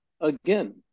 again